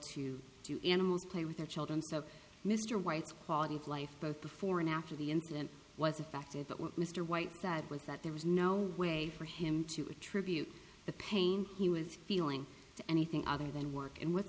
to do animals play with their children so mr white's quality of life both before and after the incident was affected but what mr white said was that there was no way for him to attribute the pain he was feeling to anything other than work and w